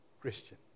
Christian